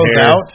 out